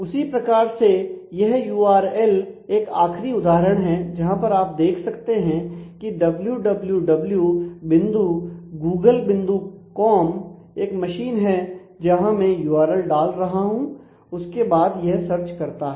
उसी प्रकार से यह यु आर एल एक आखरी उदाहरण है जहां पर आप देख सकते हैं की डब्लू डब्लू डब्लू बिंदु गूगल बिंदु कॉम एक मशीन है जहां मैं यूआरएल डाल रहा हूं उसके बाद यह सर्च करता है